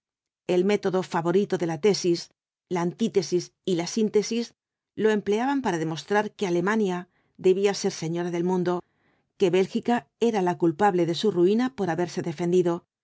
el método favorito de la tesis la antítesis y la síntesis lo empleaban para demostrar que alemania debía ser señora del mundo que bélgica era la culpable de su ruina por haberse defendido